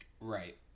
Right